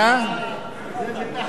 זה מתחת לחגורה.